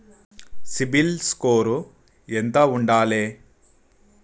CIBIL score ఎంత ఉండాలే?